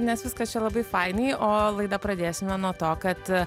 nes viskas čia labai fainai o laidą pradėsime nuo to kad